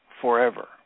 forever